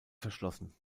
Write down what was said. verschlossen